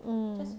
hmm